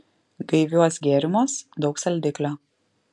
gaiviuos gėrimuos daug saldiklio